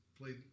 played